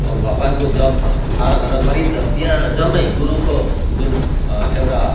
भगवानको जप आराधना गरिन्छ त्यहाँ जम्मै गुरुको जुन एउटा